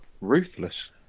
ruthless